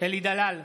אלי דלל,